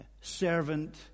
servant